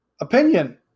Opinion